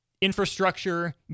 infrastructure